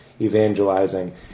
evangelizing